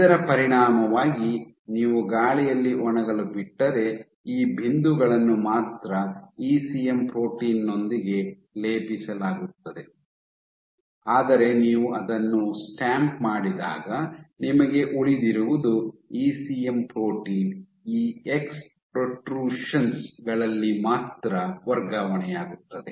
ಇದರ ಪರಿಣಾಮವಾಗಿ ನೀವು ಗಾಳಿಯಲ್ಲಿ ಒಣಗಲು ಬಿಟ್ಟರೆ ಈ ಬಿಂದುಗಳನ್ನು ಮಾತ್ರ ಇಸಿಎಂ ಪ್ರೋಟೀನ್ ನೊಂದಿಗೆ ಲೇಪಿಸಲಾಗುತ್ತದೆ ಆದರೆ ನೀವು ಅದನ್ನು ಸ್ಟ್ಯಾಂಪ್ ಮಾಡಿದಾಗ ನಿಮಗೆ ಉಳಿದಿರುವುದು ಇಸಿಎಂ ಪ್ರೋಟೀನ್ ಈ ಎಕ್ಸ್ ಪ್ರೋಟ್ಟ್ರೂಷನ್ಸ್ ಗಳಲ್ಲಿ ಮಾತ್ರ ವರ್ಗಾವಣೆಯಾಗುತ್ತದೆ